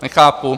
Nechápu.